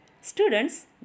Students